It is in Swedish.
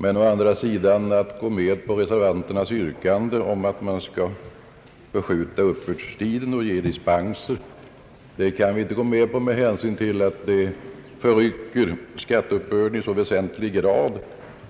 Men reservanternas yrkande, att man skall förskjuta uppbördstiden och ge dispenser, kan vi inte gå med på med hänsyn till att det skulle förrycka skatteuppbörden i väsentlig grad